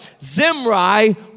Zimri